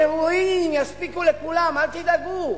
הפירורים יספיקו לכולם, אל תדאגו,